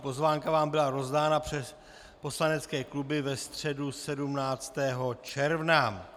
Pozvánka vám byla rozdána přes poslanecké kluby ve středu 17. června.